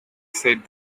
said